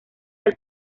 del